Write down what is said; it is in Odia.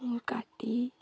କାଟି